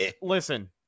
listen